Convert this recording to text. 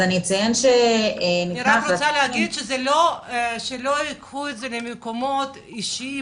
אני אציין --- אני רק רוצה להגיד שלא ייקחו את זה למקומות אישיים,